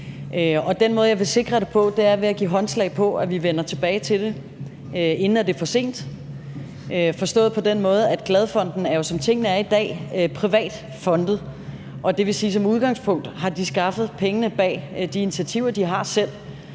måde, som jeg vil sikre det på, er ved at give håndslag på, at vi vender tilbage til det, inden det er for sent, forstået på den måde, at Glad Fonden jo, som tingene er i dag, er privat fondet. Det vil sige, at de som udgangspunkt selv har skaffet pengene bag de initiativer, som de